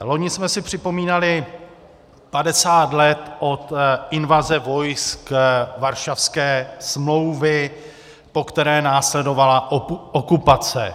Loni jsme si připomínali 50 let od invaze vojsk Varšavské smlouvy, po které následovala okupace.